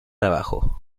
abajo